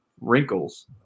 wrinkles